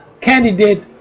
candidate